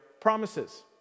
promises